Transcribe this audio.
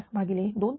0235294 भागिले 2